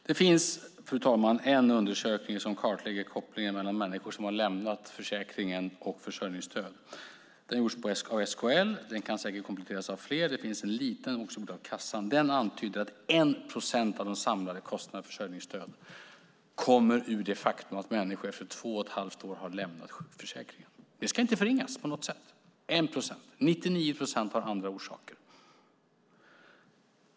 Fru talman! Det finns en undersökning som kartlägger kopplingen mellan människor som har lämnat försäkringen och försörjningsstöd. Den gjordes av SKL och kan säkert kompletteras av fler. Det finns också en liten undersökning gjord av kassan. Den antydde att 1 procent av de samlade kostnaderna för försörjningsstöd kommer av det faktum att människor efter två och ett halvt år har lämnat sjukförsäkringen. Det ska inte på något sätt förringas. Det är 1 procent. 99 procent har andra orsaker.